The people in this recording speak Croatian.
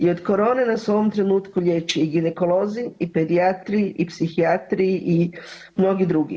I od corone nas u ovom trenutku liječe i ginekolozi i pedijatri i psihijatri i mnogi drugi.